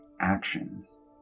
actions